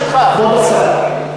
כבוד השר,